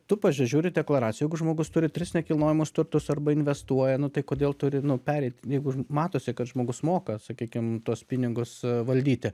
tu pažiūri deklaraciją jeigu žmogus turi tris nekilnojamus turtus arba investuoja nu tai kodėl turi nu pereit jeigu matosi kad žmogus moka sakykim tuos pinigus valdyti